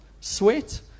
sweat